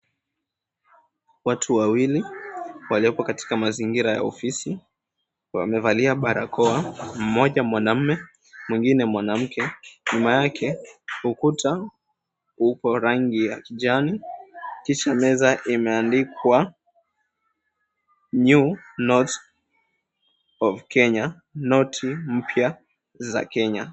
Watu wawili walioko katika mazingira ya ofisi wamevalia barakoa, mmoja mwanaume na mwengine mwanamke nyuma yake ukuta uko rangi ya kijani kisha meza imeandikwa new not of Kenya noti mpya za Kenya.